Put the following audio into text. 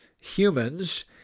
humans